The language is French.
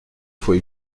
faut